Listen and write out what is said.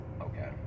Okay